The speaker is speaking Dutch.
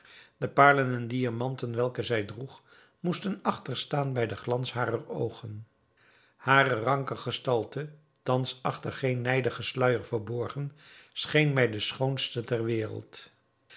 de paarlen en diamanten welke zij droeg moesten achterstaan bij den glans harer oogen hare ranke gestalte thans achter geen nijdigen sluijer verborgen scheen mij de schoonste ter wereld